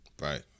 Right